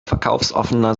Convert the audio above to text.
verkaufsoffener